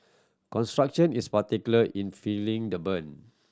construction is particular in feeling the brunt